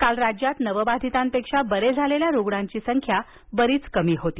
काल राज्यात नवबाधितांपेक्षा बरे झालेल्या रुग्णांची संख्या बरीच कमी होती